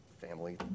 family